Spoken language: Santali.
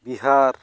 ᱵᱤᱦᱟᱨ